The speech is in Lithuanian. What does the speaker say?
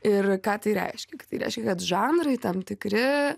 ir ką tai reiškia reiškia kad žanrai tam tikri